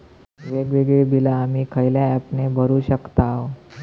वेगवेगळी बिला आम्ही खयल्या ऍपने भरू शकताव?